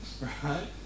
right